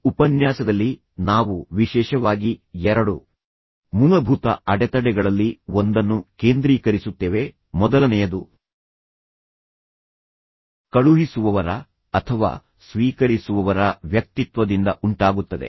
ಈ ಉಪನ್ಯಾಸದಲ್ಲಿ ನಾವು ವಿಶೇಷವಾಗಿ ಎರಡು ಮೂಲಭೂತ ಅಡೆತಡೆಗಳಲ್ಲಿ ಒಂದನ್ನು ಕೇಂದ್ರೀಕರಿಸುತ್ತೇವೆ ಮೊದಲನೆಯದು ಕಳುಹಿಸುವವರ ಅಥವಾ ಸ್ವೀಕರಿಸುವವರ ವ್ಯಕ್ತಿತ್ವದಿಂದ ಉಂಟಾಗುತ್ತದೆ